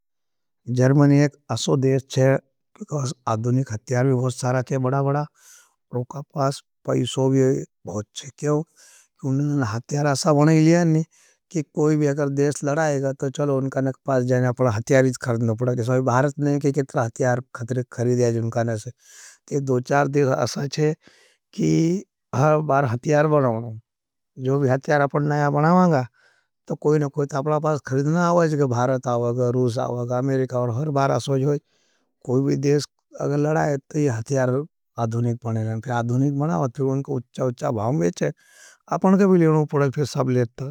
जर्मनी एक असो देश छे, अदुनिक हत्यार भी बड़ा बड़ा, उनका पास पैसो भी बहुत है, क्यों? हत्यार असा बने लिया नहीं, कि कोई भी अगर देश लड़ायेगा। तो चलो उनका ने पास जाने, अपना हत्यारीज खरदने पड़ा, कि सभी भारत नहीं कि कितर हत्यार खरिदे। आज उनका ने से, ते दो-चार देश असा छे, कि हर बार हत्यार बनाओं, जो भ अच्छा-अच्छा भावं बेचे, आपनके भी लेना पड़ा, कि फिर सब लेत था।